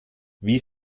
wie